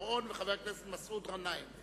חבר הכנסת רוני בר-און וחבר הכנסת מסעוד גנאים.